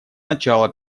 начала